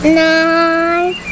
nine